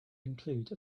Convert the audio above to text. include